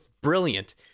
brilliant